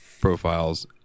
profiles